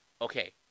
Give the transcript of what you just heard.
okay